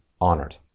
honored